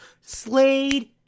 Slade